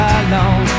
alone